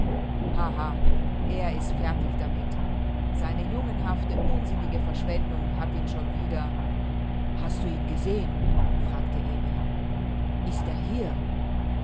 er ist fertig damit seine jungenhafte unsinnige verschwendung hat ihn schon wieder hast du ihn gesehen fragte emil ist er hier